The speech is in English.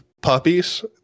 puppies